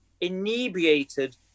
inebriated